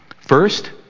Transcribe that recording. First